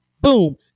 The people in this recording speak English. boom